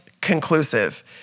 conclusive